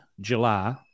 July